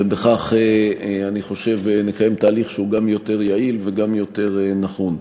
כך אני חושב נקיים תהליך שהוא גם יותר יעיל וגם יותר נכון.